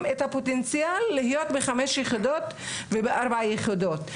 את הפוטנציאל להיות בחמש יחידות ובארבע יחידות.